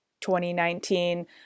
2019